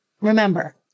remember